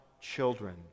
children